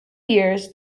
years